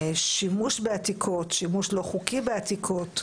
שימוש בעתיקות ושימוש לא חוקי בעתיקות